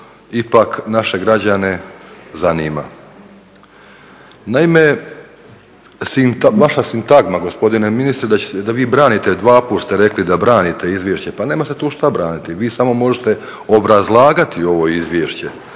ipak naše građane zanima. Naime, vaša sintagma gospodine ministre da vi branite, dvaput ste rekli da branite izvješće. Pa nema se tu što braniti. Vi samo možete obrazlagati ovo izvješće.